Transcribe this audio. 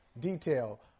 detail